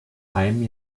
einem